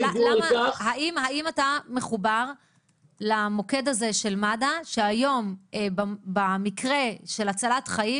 האם אתה מחובר למוקד הזה של מד"א שהיום במקרה של הצלחת חיים,